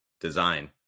design